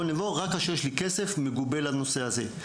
נבו רק כאשר יש לי כסף מגובה לנושא הזה.